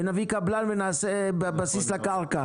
ונביא קבלן ונעשה בסיס לקרקע.